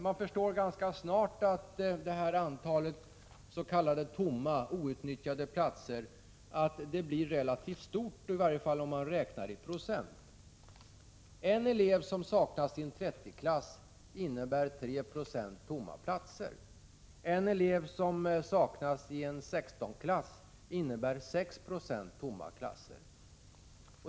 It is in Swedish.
Man förstår ganska snart att antalet s.k. tomma, outnyttjade platser blir relativt stort, i varje fall om man räknar i procent. En elev som saknas i en 30-klass innebär 3 26 tomma platser. En elev som saknas i en 16-klass innebär 6 20 tomma platser.